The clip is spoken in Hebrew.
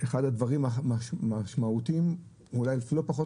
אחד הדברים המשמעותיים אולי לא פחות